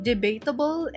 Debatable